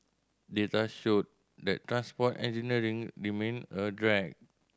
data showed that transport engineering remained a drag